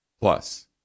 Plus